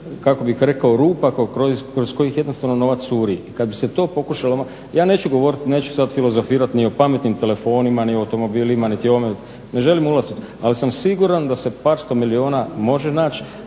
toliko rupa kroz koje jednostavno novac curi. Kada bi se to pokušalo, ja neću govoriti, neću sada filozofirati ni o pametnim telefonima, niti o automobilima, niti o ovome ne želim ulaziti, ali sam siguran da se par sto milijuna može nać